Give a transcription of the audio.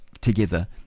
together